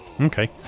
Okay